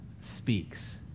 speaks